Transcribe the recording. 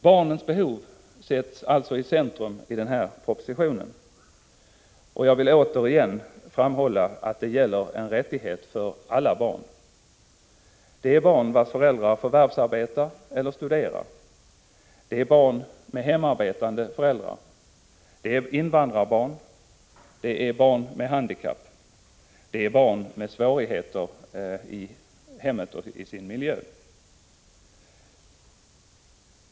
Barnens behov sätts alltså i centrum i propositionen, och jag vill återigen framhålla att det gäller en rättighet för alla barn. Det är barn vilkas föräldrar förvärvsarbetar eller studerar, det är barn med hemarbetande föräldrar, det är invandrarbarn, det är barn med handikapp, det är barn med svårigheter i hemmet och i sin miljö.